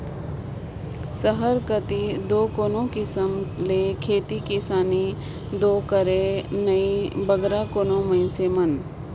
सहर कती दो कोनो किसिम ले खेती किसानी दो करें नई बगरा कोनो मइनसे मन